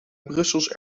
brussels